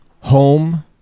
home